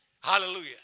Hallelujah